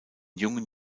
jungen